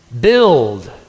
Build